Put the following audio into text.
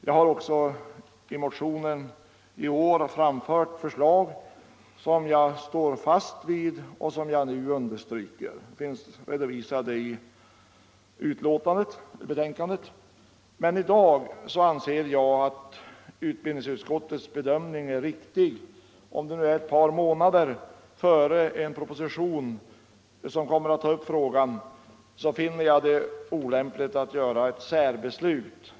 Jag har även i år motionsledes fört fram ett förslag som jag står fast vid och som jag här vill understryka. Förslaget finns redovisat i förevarande utskottsbetänkande. Men i dag anser jag att utbildningsutskottets bedömning är riktig. Om en proposition som tar upp denna fråga kommer att läggas fram om ett par månader, så finner jag det olämpligt att nu fatta ett särbeslut.